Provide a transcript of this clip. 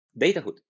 Datahood